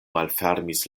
malfermis